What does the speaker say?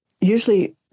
usually